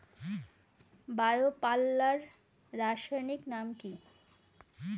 Bio পাল্লার রাসায়নিক নাম কি?